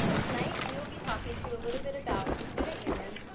tonight we will be talking to you a little bit about the student union,